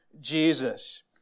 Jesus